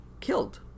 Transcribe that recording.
killed